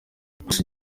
miss